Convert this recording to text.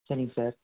சரிங்க சார்